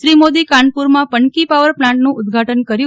શ્રી મોદી કાનપુરમાં પનકી પાવર પ્લાન્ટનું ઉદઘાટન કર્યું